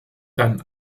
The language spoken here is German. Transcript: dann